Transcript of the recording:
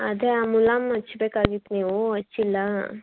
ಅದೇ ಆ ಮುಲಾಮು ಹಚ್ಬೇಕಾಗಿತ್ ನೀವು ಹಚ್ಚಿಲ್ಲ